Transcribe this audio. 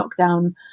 lockdown